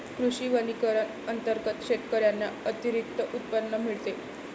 कृषी वनीकरण अंतर्गत शेतकऱ्यांना अतिरिक्त उत्पन्न मिळते